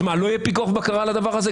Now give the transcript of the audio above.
אז מה, לא יהיה פיקוח ובקרה על הדבר הזה?